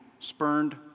Spurned